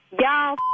Y'all